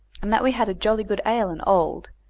and that we had jolly good ale and old,